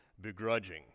begrudging